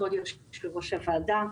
כבוד יושב-ראש הוועדה.